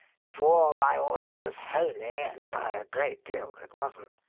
swore by all that was holy, and by a great deal that wasn't,